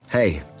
Hey